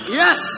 yes